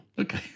Okay